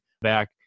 back